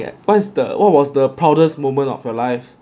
what's the what was the proudest moment of your life